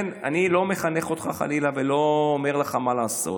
אני לא מחנך אותך, חלילה, ולא אומר לך מה לעשות,